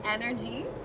energy